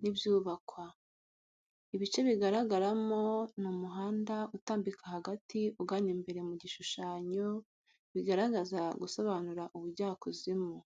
n’ibyubakwa. Ibice bigaragaramo ni umuhanda utambika hagati ugana imbere mu gishushanyo bigaragaza gusobanura ubujyakuzimu.